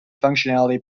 functionality